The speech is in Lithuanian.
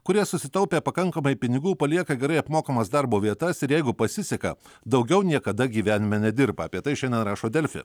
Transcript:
kurie susitaupę pakankamai pinigų palieka gerai apmokamas darbo vietas ir jeigu pasiseka daugiau niekada gyvenime nedirba apie tai šiandien rašo delfi